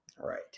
Right